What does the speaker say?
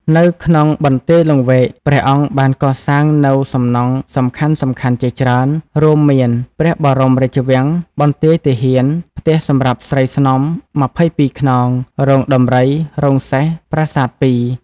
នៅក្នុងបន្ទាយលង្វែក ព្រះអង្គបានកសាងនូវសំណង់សំខាន់ៗជាច្រើន រួមមាន ព្រះបរមរាជវាំង បន្ទាយទាហាន ផ្ទះសម្រាប់ស្រីស្នំ ២២ ខ្នង រោងដំរី រោងសេះ ប្រាសាទពីរ។